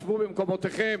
שבו במקומותיכם.